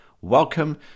Welcome